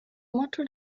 motto